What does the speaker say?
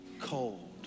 cold